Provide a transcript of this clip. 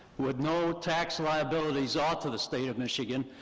with no tax liabilities aught to the state of michigan,